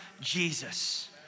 Jesus